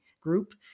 Group